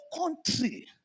country